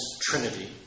Trinity